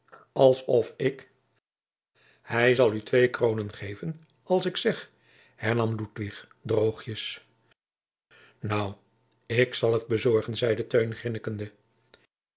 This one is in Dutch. kop alsof ik hij zal u twee kroonen geven als ik zeg hernam ludwig droogjes nou ik zal t bezorgen zeide